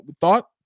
Thought